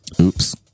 oops